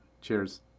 Cheers